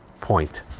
point